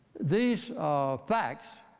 these facts